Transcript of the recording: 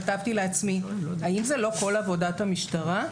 כתבתי לעצמי האם זאת לא כל עבודת המשטרה?